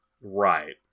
Right